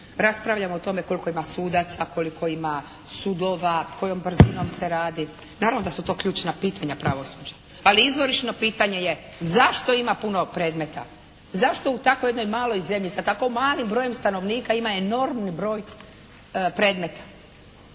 raspravljamo o tome koliko ima sudaca, koliko ima sudova, kojom brzinom se radi, naravno da su to ključna pitanja pravosuđa, ali izvorišno pitanje je zašto ima puno predmeta, zašto u takvoj jednoj maloj zemlji sa tako malim brojem stanovnika ima enormni broj predmeta?